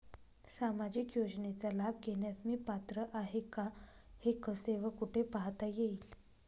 सामाजिक योजनेचा लाभ घेण्यास मी पात्र आहे का हे कसे व कुठे पाहता येईल?